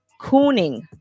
cooning